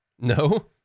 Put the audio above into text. No